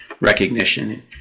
recognition